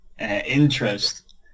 interest